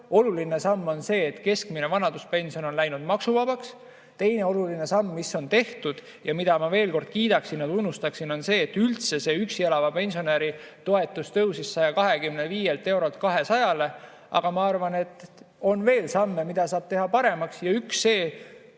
Oluline samm on see, et keskmine vanaduspension on läinud maksuvabaks. Teine oluline samm, mis on tehtud ja mida ma veel kord kiidaksin ja tunnustaksin, on see, et üldse see üksi elava pensionäri toetus tõusis 125 eurolt 200‑le. Aga ma arvan, et on veel samme, millega saab teha [pensionäride